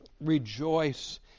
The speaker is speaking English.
rejoice